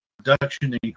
Production